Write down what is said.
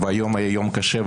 והיום יהיה יום קשה,